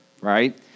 right